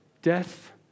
Death